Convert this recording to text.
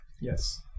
Yes